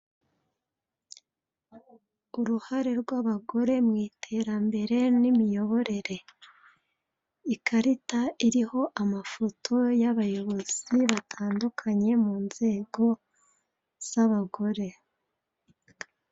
Uruhare rw'abagore mu iterembere n'imiyoborere. Ikarita iriho amafoto y'abayobozi batandukanye mu nzego z'abagore.